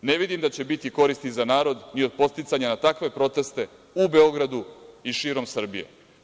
Ne vidim da će biti koristi za narod ni od podsticanja na takve proteste u Beogradu i širom Srbije“